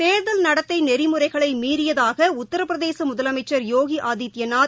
தேர்தல் நடத்தைநெறிமுறைகளைமீறியதாகஉத்ரபிரதேசமுதலமைச்சர் யோகிஆதித்யநாத்